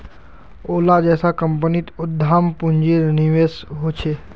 ओला जैसा कम्पनीत उद्दाम पून्जिर निवेश होछे